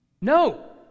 No